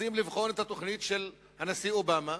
רוצים לבחון את התוכנית של הנשיא אובמה,